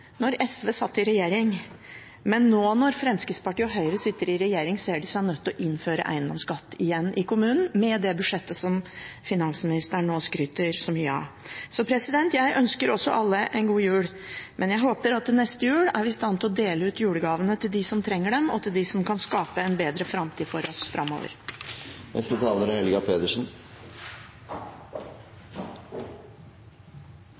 SV satt i regjering, mens nå når Fremskrittspartiet og Høyre sitter i regjering, ser de seg nødt til å innføre eiendomsskatt i kommunen igjen, med det budsjettet som finansministeren nå skryter så mye av. Jeg ønsker også alle en god jul, men jeg håper at vi til neste jul er i stand til å dele ut julegavene til dem som trenger dem, og til dem som kan skape en bedre framtid for oss.